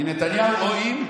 עם נתניהו או עם,